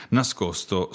nascosto